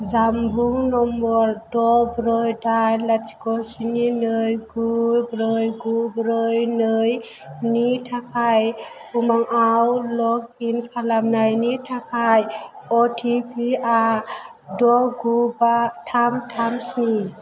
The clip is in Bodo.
जानबुं नम्बर द ब्रै दाइन लाथिख' स्नि नै गु ब्रै गु ब्रै नै नि थाखाय उमांगआव लग इन खालामनायनि थाखाय अटिपिआ द' गु बा थाम थाम स्नि